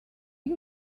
you